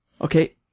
Okay